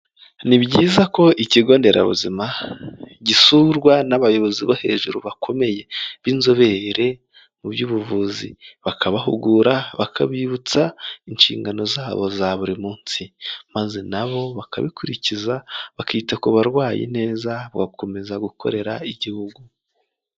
Ni byiza ko ikigo nderabuzima gisurwa n'abayobozi bo hejuru bakomeye b'inzobere mu by'ubuvuzi, bakabahugura bakabibutsa inshingano zabo za buri munsi, maze na bo bakabikurikiza bakita ku barwayi neza, bagakomeza gukorera igihugu.